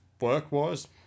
work-wise